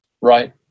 Right